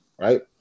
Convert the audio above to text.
Right